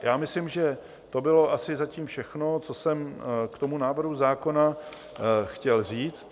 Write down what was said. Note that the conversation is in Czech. Já myslím, že to bylo asi zatím všechno, co jsem k tomu návrhu zákona chtěl říct.